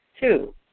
Two